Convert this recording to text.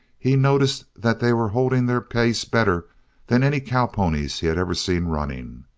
he noted that they were holding their pace better than any cowponies he had ever seen running.